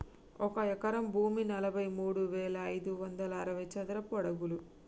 ఒక ఎకరం భూమి నలభై మూడు వేల ఐదు వందల అరవై చదరపు అడుగులు